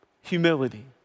humility